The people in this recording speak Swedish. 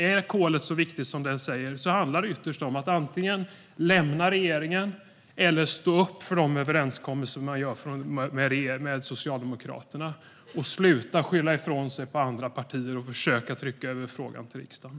Är kolet så viktigt som man säger handlar det ytterst om att antingen lämna regeringen eller stå upp för de överenskommelser man gör med Socialdemokraterna och sluta att skylla ifrån sig på andra partier och försöka trycka över frågan till riksdagen.